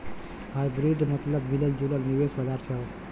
hybrid मतबल मिलल जुलल निवेश बाजार से हौ